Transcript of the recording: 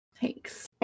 Thanks